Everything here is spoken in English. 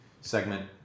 segment